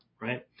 right